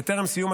בטרם סיום,